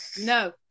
No